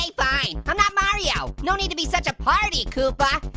okay, fine, i'm not mario. no need to be such a party koopa.